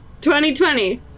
2020